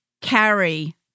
carry